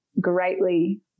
greatly